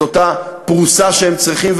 את אותה פרוסה שהם צריכים,